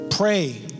pray